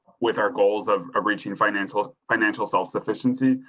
with our goals of ah reaching financial, ah financial self sufficiency,